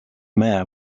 mayor